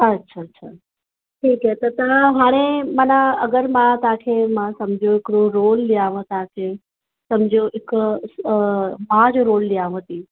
अच्छा अच्छा अच्छा ठीकु है त तव्हां हाणे माना अगरि मां तव्हांखे मां सम्झो हिकिड़ो रोल ॾियांव तव्हांखे सम्झो हिकु माउ जो रोल ॾियांव थी